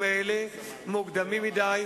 תודה רבה, אדוני היושב-ראש.